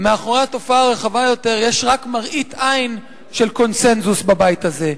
ומאחורי התופעה הרחבה יותר יש רק מראית עין של קונסנזוס בבית הזה.